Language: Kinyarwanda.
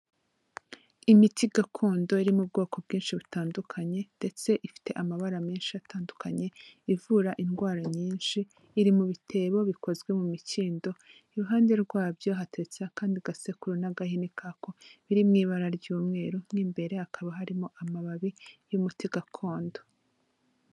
Imiti gakondo iri mu bwoko bwinshi butandukanye ndetse ifite amabara menshi atandukanye ivura indwara nyinshi, iri mu bitebo bikozwe mu mikindo, iruhande rwabyo hateretseho akandi gasekuru n'agahini kako biri mu ibara ry'umweru, mo imbere hakaba harimo amababi y'umuti gakondo.